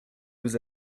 vous